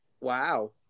Wow